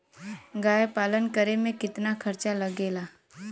गाय पालन करे में कितना खर्चा लगेला?